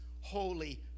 holy